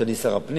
אף שאני שר הפנים.